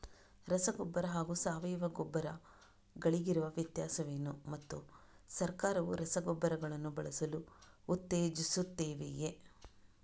ರಸಗೊಬ್ಬರ ಹಾಗೂ ಸಾವಯವ ಗೊಬ್ಬರ ಗಳಿಗಿರುವ ವ್ಯತ್ಯಾಸವೇನು ಮತ್ತು ಸರ್ಕಾರವು ರಸಗೊಬ್ಬರಗಳನ್ನು ಬಳಸಲು ಉತ್ತೇಜಿಸುತ್ತೆವೆಯೇ?